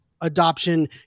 adoption